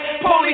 Police